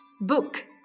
book